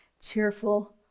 Cheerful